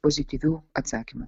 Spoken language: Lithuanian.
pozityvių atsakymų